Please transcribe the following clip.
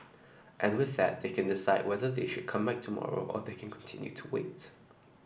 and with that they can decide whether they should come back tomorrow or they can continue to wait